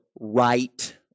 right